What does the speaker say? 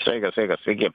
sveikas sveikas sveiki